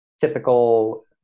typical